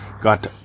got